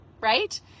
right